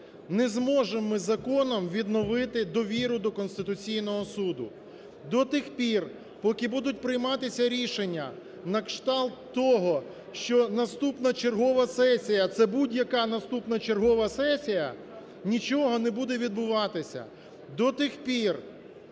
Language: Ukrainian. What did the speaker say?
не зможемо ми законом відновити довіру до Конституційного Суду. До тих пір, поки будуть прийматися рішення накшталт того, що наступна чергова сесія, це будь-яка наступна чергова сесія, нічого не буде відбуватися. До тих пір,